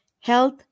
health